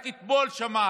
רק אתמול שמענו